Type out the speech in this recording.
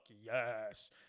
yes